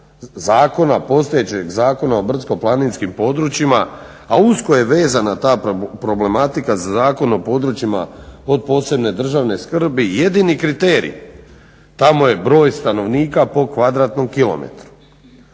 zakona postojećeg Zakona o brdsko-planinskim područjima, a usko je vezana ta problematika za Zakon o područjima od posebne državne skrbi i jedini kriterij tamo je broj stanovnika po kvadratnom kilometru.